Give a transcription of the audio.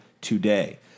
today